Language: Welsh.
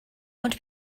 ond